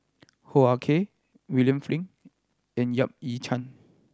Hoo Ah Kay William Flint and Yap Ee Chian